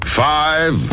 five